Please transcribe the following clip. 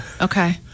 Okay